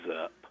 up